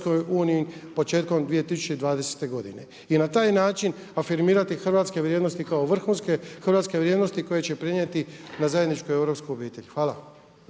predsjedanju EU početkom 2020. godine. I na taj način afirmirati hrvatske vrijednosti kao vrhunske hrvatske vrijednosti koje će prenijeti na zajedničku europsku obitelj. Hvala.